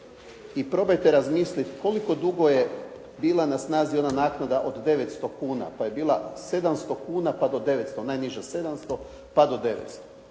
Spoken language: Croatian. i probajte razmislit koliko dugo je bila na snazi ona naknada od 900 kuna pa je bila 700 kuna pa do 900, najniža 700 pa do 900.